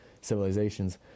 civilizations